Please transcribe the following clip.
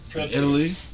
Italy